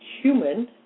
human